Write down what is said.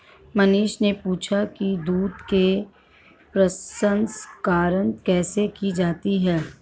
मनीष ने पूछा कि दूध के प्रसंस्करण कैसे की जाती है?